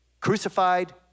crucified